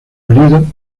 marido